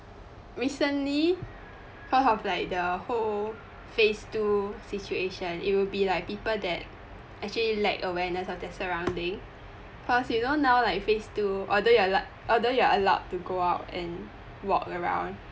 recently cause of like the whole phase two situation it will be like people that actually lack awareness of their surrounding cause you know now like phase two although you're allow~ although you are allowed to go out and walk around